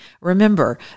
Remember